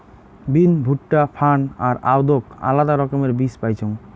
বিন, ভুট্টা, ফার্ন আর আদৌক আলাদা রকমের বীজ পাইচুঙ